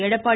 Edappadi